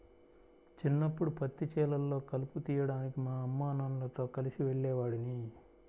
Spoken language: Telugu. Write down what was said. చిన్నప్పడు పత్తి చేలల్లో కలుపు తీయడానికి మా అమ్మానాన్నలతో కలిసి వెళ్ళేవాడిని